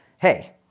Hey